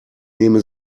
nehme